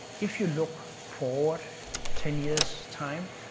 if you look forward ten years time,